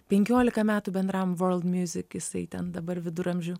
penkiolika metų bendram world music jisai ten dabar viduramžių